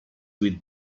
with